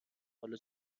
حالا